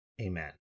Amen